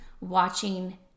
watching